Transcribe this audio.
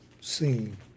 seen